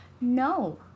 No